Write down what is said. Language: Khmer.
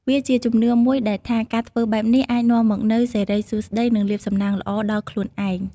វាជាជំនឿមួយដែលថា ការធ្វើបែបនេះអាចនាំមកនូវសិរីសួស្តី និងលាភសំណាងល្អដល់ខ្លួនឯង។